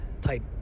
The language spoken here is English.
Type